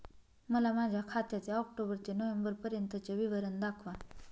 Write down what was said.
मला माझ्या खात्याचे ऑक्टोबर ते नोव्हेंबर पर्यंतचे विवरण दाखवा